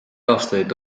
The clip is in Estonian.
aastaid